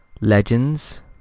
Legends